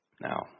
Now